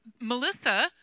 Melissa